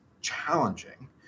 challenging